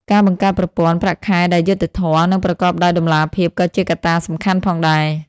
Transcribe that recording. ការបង្កើតប្រព័ន្ធ ប្រាក់ខែដែលយុត្តិធម៌ និងប្រកបដោយតម្លាភាពក៏ជាកត្តាសំខាន់ផងដែរ។